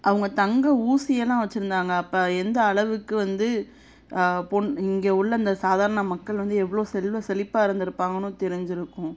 அவங்க தங்க ஊசி எல்லாம் வச்சுருந்தாங்க அப்போ எந்த அளவுக்கு வந்து பொன் இங்க உள்ள இந்த சாதாரண மக்கள் வந்து எவ்வளோ செல்வ செழிப்பா இருந்திருப்பாங்கன்னும் தெரிஞ்சுருக்கும்